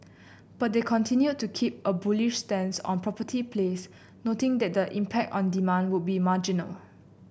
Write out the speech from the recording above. but they continued to keep a bullish stance on property plays noting that the impact on demand would be marginal